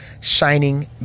shining